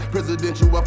Presidential